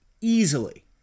easily